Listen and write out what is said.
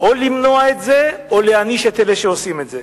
או למנוע את זה או להעניש את אלה שעושים את זה.